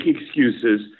excuses